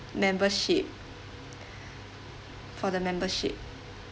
membership for the membership